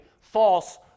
false